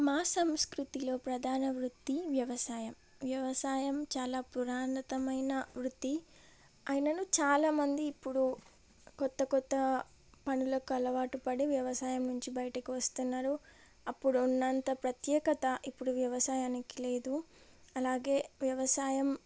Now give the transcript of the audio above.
మా సంస్కృతిలో ప్రధాన వృత్తి వ్యవసాయం వ్యవసాయం చాలా పురాతనమైన వృత్తి అయినను చాలా మంది ఇప్పుడు కొత్త కొత్త పనులకు అలవాటు పడి వ్యవసాయం నుంచి బయటకి వస్తున్నారు అప్పుడు ఉన్నంత ప్రత్యేకత ఇప్పుడు వ్యవసాయానికి లేదు అలాగే వ్యవసాయం